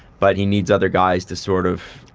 but he needs other guys to sort of,